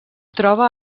troba